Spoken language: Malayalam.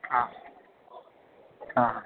ആ ആ